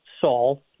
Saul